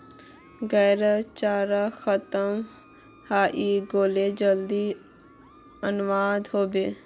गाइर चारा खत्म हइ गेले जल्दी अनवा ह बे